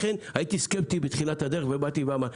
לכן הייתי סקפטי בתחילת הדרך ובאתי ואמרתי.